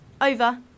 Over